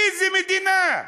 איזו מדינה?